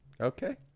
Okay